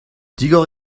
digor